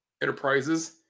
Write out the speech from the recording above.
Enterprises